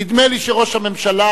נדמה לי שראש הממשלה,